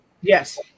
Yes